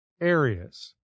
areas